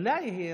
אולי אהיה